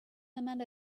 amanda